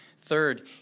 Third